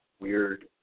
weird